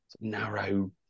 narrow